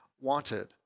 wanted